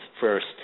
First